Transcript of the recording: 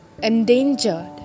endangered